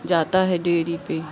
जाता है डेरी पे